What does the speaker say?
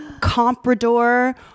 comprador